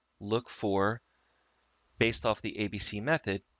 look for based off the abc method,